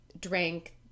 drank